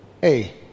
hey